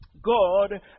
God